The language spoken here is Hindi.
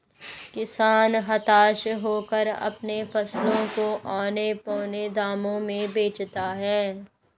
किसान हताश होकर अपने फसलों को औने पोने दाम में बेचता है